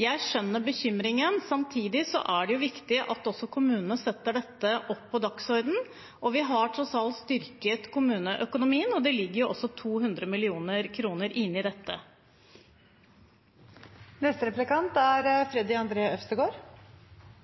Jeg skjønner bekymringen. Samtidig er det viktig at også kommunene setter dette på dagsordenen. Vi har tross alt styrket kommuneøkonomien, og det ligger også 200 mill. kr inne til dette. Til en annen del av frivilligheten: Tippemidlene til kultur er